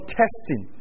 testing